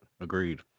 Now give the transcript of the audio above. Agreed